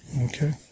okay